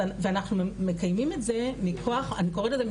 ואנחנו מקיימים את זה אני קוראת לזה,